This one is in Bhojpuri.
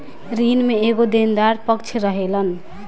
ऋण में एगो देनदार पक्ष रहेलन